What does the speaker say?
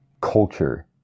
culture